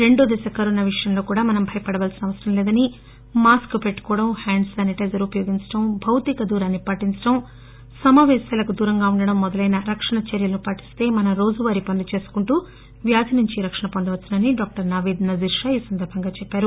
రెండవ దశ కరోనా విషయంలో కూడా మనం భయపడాల్సిన అవసరం లేదని మాస్క్ పెట్లుకోవడం హ్యాండ్ శానిటైజర్ ఉపయోగించడం భౌతిక దూరాన్ని పాటించడం సమాపేశాలకు దూరంగా ఉండడం మొదలైన రక్షణ చర్యలను పాటిస్త మనం రోజువారీ పనులను చేసుకుంటూ వ్యాధి నుండి రక్షణ పొందవచ్చునని డాక్టర్ నావీద్ నజీర్ షా ఈ సందర్బంగా చెప్పారు